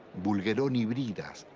bulgheroni-bridas,